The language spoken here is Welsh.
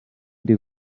wedi